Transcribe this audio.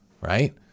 right